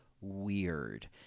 weird